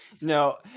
No